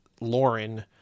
lauren